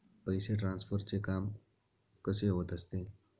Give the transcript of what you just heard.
पैसे ट्रान्सफरचे काम कसे होत असते?